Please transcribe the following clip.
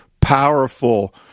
powerful